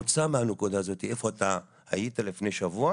--- מהנקודה הזאת, איפה אתה היית לפני שבוע